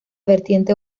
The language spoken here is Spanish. vertiente